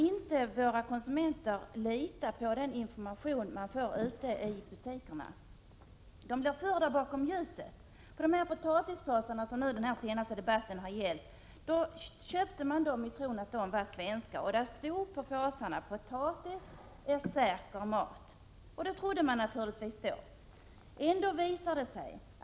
I dag kan konsumenterna inte lita på den information som de får i butikerna. De blir förda bakom ljuset. Den potatis som den senaste debatten har gällt köptes i tron att potatisen var svensk. På påsarna stod det nämligen att potatis är säker mat. Detta trodde naturligtvis konsumenterna.